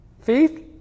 faith